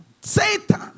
Satan